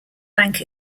bank